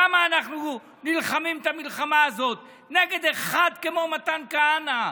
למה אנחנו נלחמים את המלחמה הזאת נגד אחד כמו מתן כהנא?